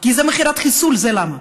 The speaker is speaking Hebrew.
כי זה מכירת חיסול, זה למה.